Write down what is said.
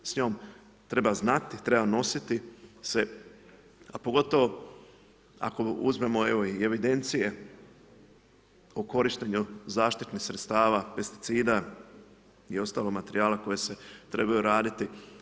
S njom treba znati, treba nositi se a pogotovo ako uzmemo evo i evidencije o korištenju zaštitnih sredstava, pesticida i ostalog materijala koji se trebaju raditi.